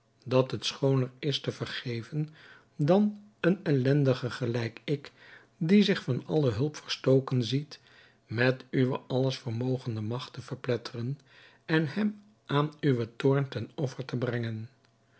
dat het schooner is te vergeven dan een ellendige gelijk ik die zich van alle hulp verstoken ziet met uwe alles vermogende magt te verpletteren en hem aan uwen toorn ten offer te brengen